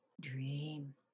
dream